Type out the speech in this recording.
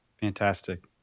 Fantastic